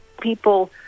people